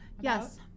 Yes